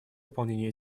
выполнение